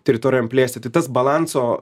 teritorijom plėsti tai tas balanso